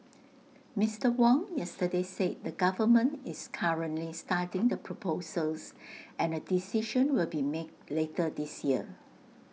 Mister Wong yesterday said the government is currently studying the proposals and A decision will be made later this year